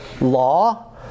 law